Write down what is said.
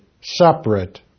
separate